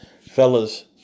Fellas